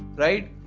right?